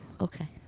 okay